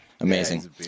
Amazing